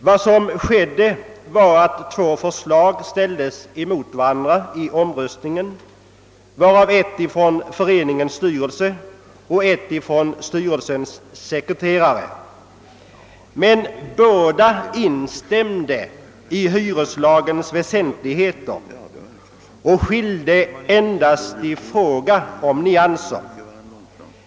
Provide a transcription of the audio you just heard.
Vad som hände var att två förslag ställdes emot varandra i omröstningen, varav ett förslag från föreningens styrelse och ett från styrelsens sekreterare. Men båda instämde i hyreslagens väsentligheter och skilde sig endast i fråga om nyanser.